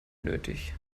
nötig